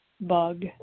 bug